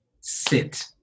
sit